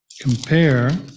compare